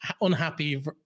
unhappy